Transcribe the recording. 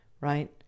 right